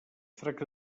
tracta